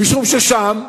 משום ששם,